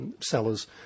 sellers